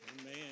Amen